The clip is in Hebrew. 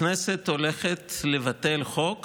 הכנסת הולכת לבטל חוק